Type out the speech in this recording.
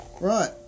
Right